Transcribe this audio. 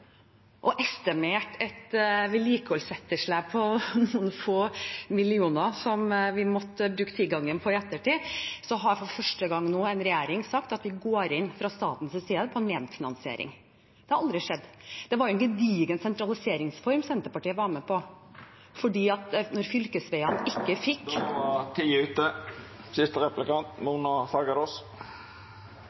og estimerte et vedlikeholdsetterslep på noen få millioner, som vi måtte bruke tigangeren på i ettertid, så har for første gang en regjering nå sagt at vi går inn fra statens side med medfinansiering. Det har aldri skjedd før. Det var jo en gedigen sentraliseringsreform Senterpartiet var med på, fordi når fylkesveiene ikke fikk… Då var tida ute.